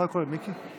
התשפ"ב 2021,